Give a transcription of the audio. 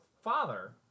father